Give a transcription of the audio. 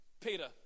Peter